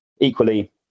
equally